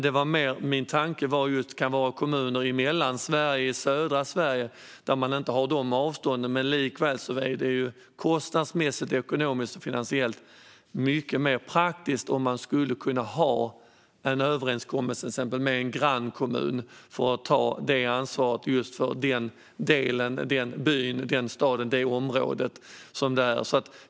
Vad jag hade i åtanke var mer kommuner i Mellansverige och södra Sverige där man inte har de avstånden, men där det likväl kostnadsmässigt, ekonomiskt och finansiellt skulle vara mycket mer praktiskt att ingå en överenskommelse till exempel med en grannkommun för att ta ansvaret för den del, den by, den stad eller det område som det gäller.